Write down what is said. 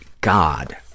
God